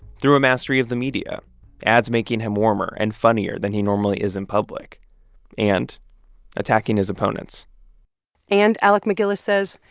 through a mastery of the media ads making him warmer and funnier than he normally is in public and attacking his opponents and, alec macgillis says,